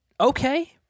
Okay